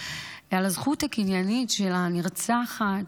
על הזכות הקניינית של הנרצחת,